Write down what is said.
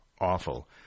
awful